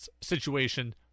situation